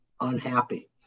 unhappy